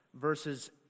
verses